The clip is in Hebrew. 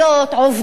עובדות,